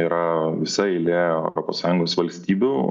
yra visa eilė europos sąjungos valstybių